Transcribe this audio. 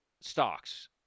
stocks